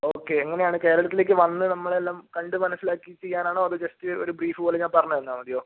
okay എങ്ങനെയാണ് കേരളത്തിലേക്ക് വന്ന് നമ്മളെയെല്ലാം കണ്ടു മനസ്സിലാക്കി ചെയ്യാനാണോ അതോ ജസ്റ്റ് ഒരു ബ്രീഫ് പോലെ ഞാൻ പറഞ്ഞു തന്നാൽ മതിയോ